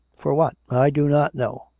for what? i do not know.